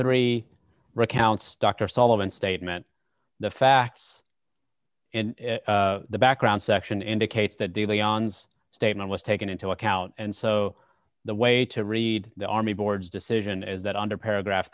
three recounts dr sullivan statement the facts and the background section indicates that the leon's statement was taken into account and so the way to read the army board's decision is that under paragraph